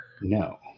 No